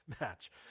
match